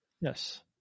Yes